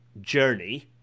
journey